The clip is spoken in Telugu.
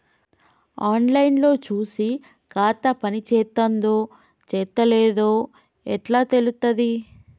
ఆన్ లైన్ లో చూసి ఖాతా పనిచేత్తందో చేత్తలేదో ఎట్లా తెలుత్తది?